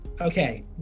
Okay